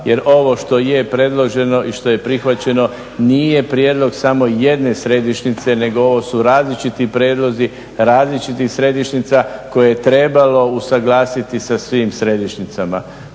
jer ovo što je predloženo i što je prihvaćeno nije prijedlog samo jedne središnjice, nego ovo su različiti prijedlozi različitih središnjica koje je trebalo usuglasiti sa svim središnjicama.